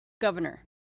Governor